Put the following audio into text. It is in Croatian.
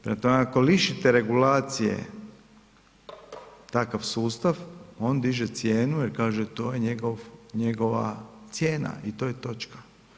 Prema tome, ako lišite regulacije, takav sustav on diže cijenu jer kaže to je njegova cijena i to je točka.